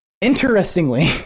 interestingly